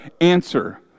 answer